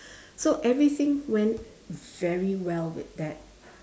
so everything went very well with that